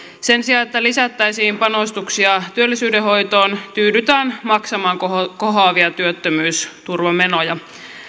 sen sijaan että lisättäisiin panostuksia työllisyyden hoitoon tyydytään maksamaan kohoavia kohoavia työttömyysturvamenoja